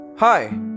Hi